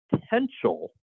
potential